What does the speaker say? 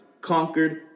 conquered